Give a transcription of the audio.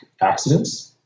accidents